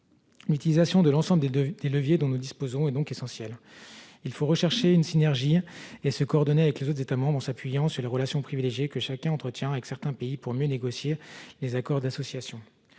L'utilisation de l'ensemble des leviers dont nous disposons est donc essentielle. Il faut rechercher une synergie et se coordonner avec les autres États membres en s'appuyant sur les relations privilégiées que chacun entretient avec certains pays pour mieux négocier les accords d'association.